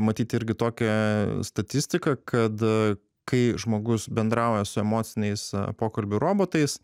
matyt irgi tokią statistiką kad kai žmogus bendrauja su emociniais pokalbių robotais